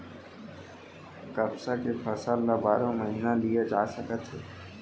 कपसा के फसल ल बारो महिना लिये जा सकत हे